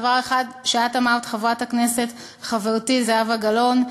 דבר אחד שאת אמרת, חברת הכנסת חברתי זהבה גלאון.